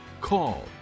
call